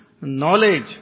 knowledge